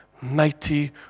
mighty